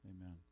Amen